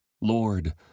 Lord